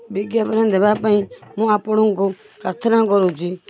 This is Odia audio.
ବିଜ୍ଞାପନ ଦେବାପାଇଁ ମୁଁ ଆପଣଙ୍କୁ ପ୍ରାର୍ଥନା କରୁଛି